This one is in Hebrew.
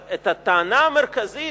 אבל את הטענה המרכזית,